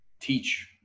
teach